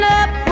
up